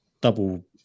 double